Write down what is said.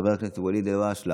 חבר הכנסת יצחק פינדרוס,